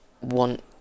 want